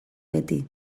beti